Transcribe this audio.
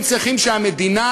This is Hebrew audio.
הם צריכים שהמדינה,